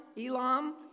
Elam